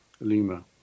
Lima